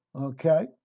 okay